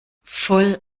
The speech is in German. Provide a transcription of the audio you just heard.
voll